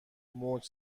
موج